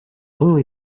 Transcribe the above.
было